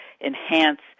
enhance